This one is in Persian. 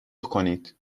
کنید